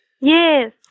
Yes